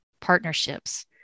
partnerships